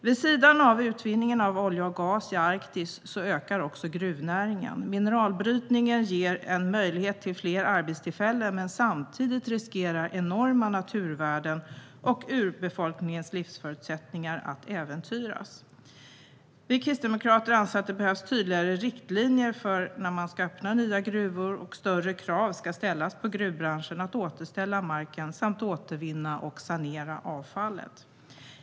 Vid sidan av utvinningen av olja och gas i Arktis ökar gruvnäringen. Mineralbrytning ger möjlighet till fler arbetstillfällen, men samtidigt riskerar enorma naturvärden och urbefolkningens livsförutsättningar att äventyras. Vi kristdemokrater anser att det behövs tydligare riktlinjer för när man ska öppna nya gruvor och att större krav ska ställas på gruvbranschen att återställa marken samt återvinna och sanera avfallet.